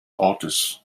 ortes